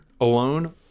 alone